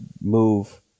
move